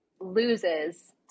Loses